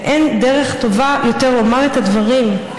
אין דרך טובה יותר לומר את הדברים: